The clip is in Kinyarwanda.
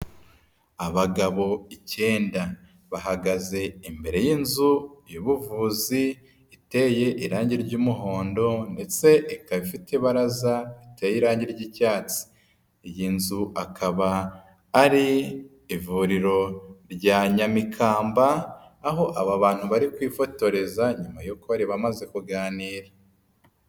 Abagabo icyenda bahagaze imbere y'inzu y'ubuvuzi iteye irangi ry'umuhondo ndetse ikaba ifite ibaraza riteye irangi ry'icyatsi. Iyi nzu akaba ari ivuriro rya Nyamikamba, aho aba bantu bari kwifotoreza nyuma y'uko bari bamaze kuganira.